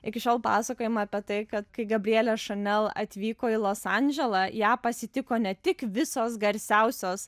iki šiol pasakojama apie tai kad kai gabrielė chanel atvyko į los andželą ją pasitiko ne tik visos garsiausios